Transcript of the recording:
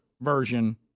version